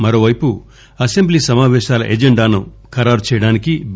మరోవైపు అసెంబ్లీ సమాపేశాల ఎజెండాను ఖరారు చేయడానికి బి